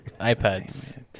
iPads